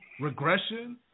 regression